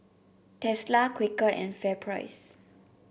Tesla Quaker and FairPrice